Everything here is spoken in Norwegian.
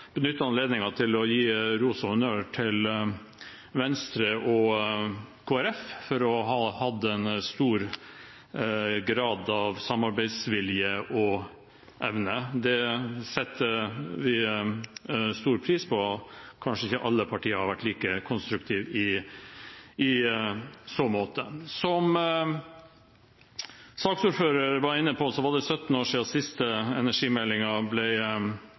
benytte anledningen til å gi ros og honnør til Venstre og Kristelig Folkeparti for å ha hatt en stor grad av samarbeidsvilje og -evne. Det setter vi stor pris på. Alle partier har kanskje ikke vært like konstruktive i så måte. Som saksordføreren var inne på, er det 17 år siden siste